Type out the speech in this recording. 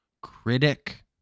critic